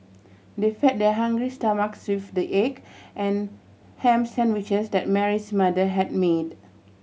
they fed their hungry stomachs with the egg and ham sandwiches that Mary's mother had made